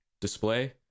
display